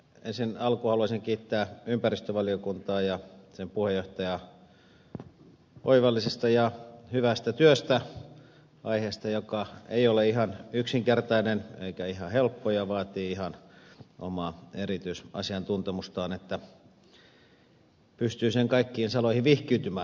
ensin alkuun haluaisin kiittää ympäristövaliokuntaa ja sen puheenjohtajaa oivallisesta ja hyvästä työstä aiheesta joka ei ole ihan yksinkertainen eikä ihan helppo ja vaatii ihan omaa erityisasiantuntemusta jotta pystyy sen kaikkiin saloihin vihkiytymään